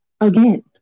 again